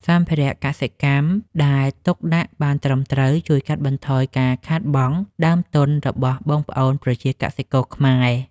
សម្ភារៈកសិកម្មដែលទុកដាក់បានត្រឹមត្រូវជួយកាត់បន្ថយការខាតបង់ដើមទុនរបស់បងប្អូនប្រជាកសិករខ្មែរ។